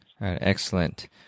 Excellent